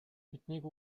биднийг